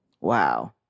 Wow